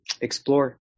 explore